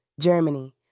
Germany